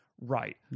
right